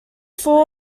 four